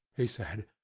he said.